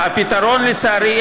לצערי,